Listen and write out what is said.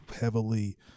heavily